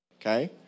Okay